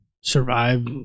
Survive